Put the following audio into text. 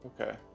okay